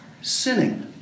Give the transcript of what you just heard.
sinning